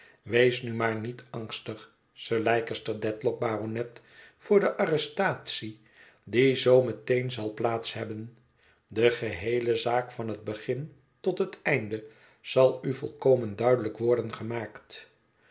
wees nu maar niet angstig sir leicester dedlock baronet voor de arrestatie die zoo met een zal plaats hebben de geheele zaak van het begin tot het einde zal u volkomen duidelijk worden gemaakt